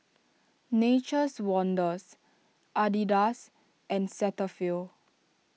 Nature's Wonders Adidas and Cetaphil